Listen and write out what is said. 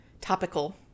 topical